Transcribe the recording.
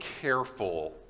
careful